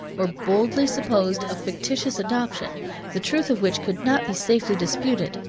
or boldly supposed a fictitious adoption the truth of which could not be safely disputed,